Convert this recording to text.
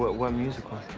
what what musical?